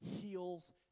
heals